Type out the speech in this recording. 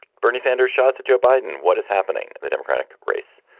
bernie sanders shot at joe biden. what is happening? the democratic race.